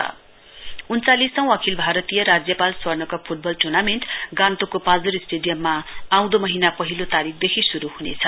football उन्चालिसौं अखिल भारतीय राज्यपाल स्वर्णकप फूटबल टुर्नामेण्ट गान्तोकको पाल्जोर स्टेडियममा आउँदो महिना पहिलो तारीकदेखि शुरु हुनेछ